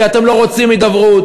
כי אתם לא רוצים הידברות,